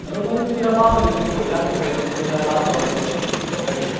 ꯑꯗꯣꯝꯅ ꯑꯗꯨꯝ ꯊꯨꯅ ꯄꯥꯝꯃꯗꯤ ꯑꯗꯨꯝ ꯑꯩꯈꯣꯏ ꯌꯥꯔꯤꯃꯈꯩ ꯑꯗꯨꯝ ꯊꯨꯅ ꯑꯗꯨꯝ ꯍꯣꯠꯅꯒꯦ